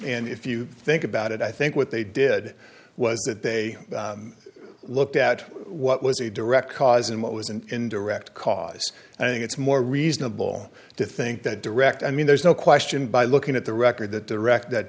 and if you think about it i think what they did was that they looked at what was a direct cause and what was an indirect cause and i think it's more reasonable to think that direct i mean there's no question by looking at the record that direct that